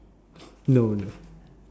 no the